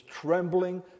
trembling